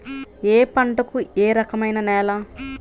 ఏ పంటకు ఏ రకమైన నేల?